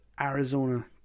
Arizona